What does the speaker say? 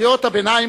קריאות הביניים,